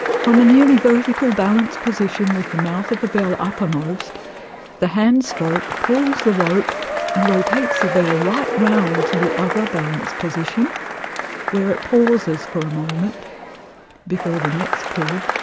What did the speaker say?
from a nearly vertical balance position with the mouth of the bell uppermost the handstroke pulls the rope and rotates the bell right round to the other balance position where it pauses for a moment before the next pull,